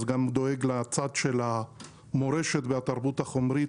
אז אני גם דואג לצד של המורשת והתרבות החומרית,